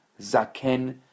Zaken